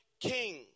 king